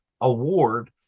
award